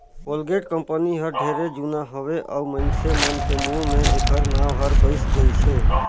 Colgate company हर ढेरे जुना हवे अऊ मइनसे मन के मुंह मे ऐखर नाव हर बइस गइसे